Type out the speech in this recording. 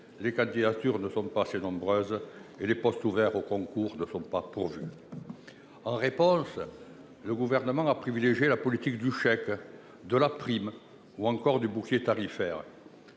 les candidatures ne sont pas assez nombreuses et les postes ouverts aux concours ne sont pas pourvus. En réponse, le Gouvernement a privilégié la politique du chèque et de la prime, ou encore celle du bouclier tarifaire.